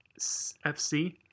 FC